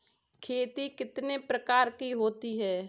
खेती कितने प्रकार की होती है?